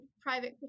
private